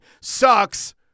Sucks